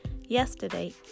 yesterday